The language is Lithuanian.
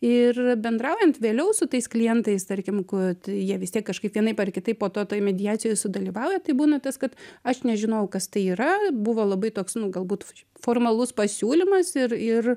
ir bendraujant vėliau su tais klientais tarkim kud jie vis tiek kažkaip vienaip ar kitaip po to toj mediacijoj sudalyvauja tai būna tas kad aš nežinojau kas tai yra buvo labai toks nu galbūt formalus pasiūlymas ir ir